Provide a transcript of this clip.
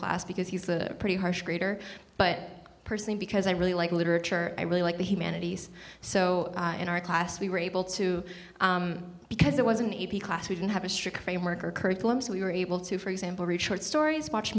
class because he's a pretty harsh grader but personally because i really like literature i really like the humanities so in our class we were able to because it was an a p class we didn't have a strict framework or curriculum so we were able to for example reach short stories watch